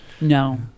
No